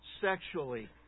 sexually